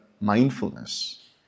mindfulness